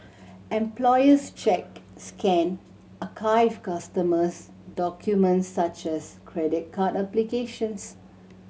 employees check scan archive customers documents such as credit card applications